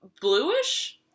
bluish